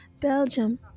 Belgium